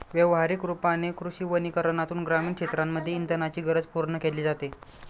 व्यवहारिक रूपाने कृषी वनीकरनातून ग्रामीण क्षेत्रांमध्ये इंधनाची गरज पूर्ण केली जाते